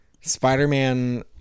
spider-man